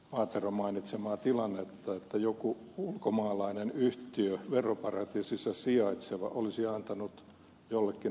paateron mainitsemaa tilannetta että joku ulkomaalainen yhtiö veroparatiisissa sijaitseva olisi antanut tukea jollekin